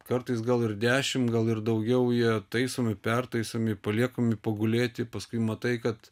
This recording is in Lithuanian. kartais gal ir dešimt gal ir daugiau jie taisomi pertaisomi paliekami pagulėti paskui matai kad